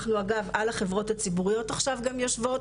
אנחנו אגב על החברות הציבוריות עכשיו יושבות,